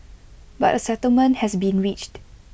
but A settlement has been reached